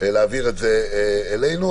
להעביר את זה אלינו,